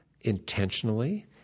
intentionally